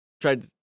tried